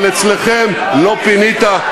אבל אצלכם: לא פינית,